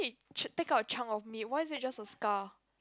should take out a chunk of meat why is it just a scar